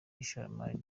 ishoramari